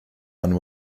and